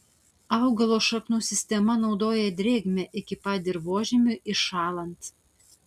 augalo šaknų sistema naudoja drėgmę iki pat dirvožemiui įšąlant